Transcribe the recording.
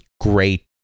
great